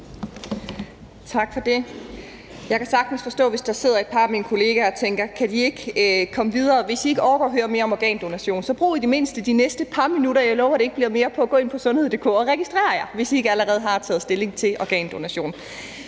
Tak for det. Jeg kan sagtens forstå, hvis der sidder et par af mine kollegaer og tænker: Kan de ikke komme videre? Hvis I ikke orker at høre mere om organdonation, så brug i det mindste de næste par minutter – jeg lover, at det ikke bliver mere – på at gå ind på sundhed.dk og registrer jer, hvis I ikke allerede har taget stilling til organdonation.